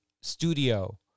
studio